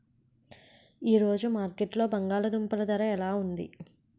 ఈ రోజు మార్కెట్లో బంగాళ దుంపలు ధర ఎలా ఉంది?